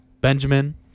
Benjamin